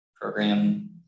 program